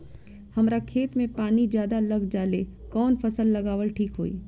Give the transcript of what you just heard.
हमरा खेत में पानी ज्यादा लग जाले कवन फसल लगावल ठीक होई?